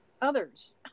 others